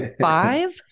five